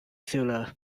sealer